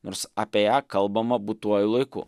nors apie ją kalbama būtuoju laiku